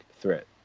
threat